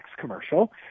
Commercial